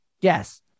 Yes